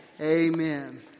amen